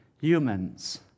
humans